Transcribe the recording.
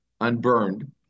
unburned